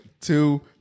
two